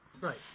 Right